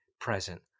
present